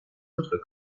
autres